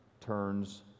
turns